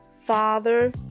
father